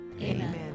Amen